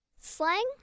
Slang